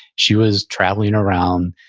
she was traveling around,